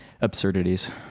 absurdities